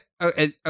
Okay